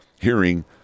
hearing